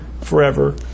forever